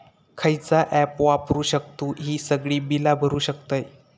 खयचा ऍप वापरू शकतू ही सगळी बीला भरु शकतय?